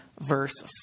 verse